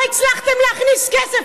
לא הצלחתם להכניס כסף.